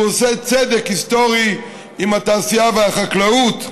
והוא עושה צדק היסטורי עם התעשייה והחקלאות.